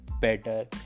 better